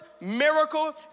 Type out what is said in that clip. miracle